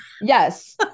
yes